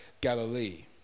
Galilee